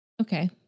Okay